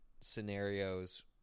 scenarios